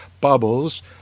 bubbles